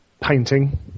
painting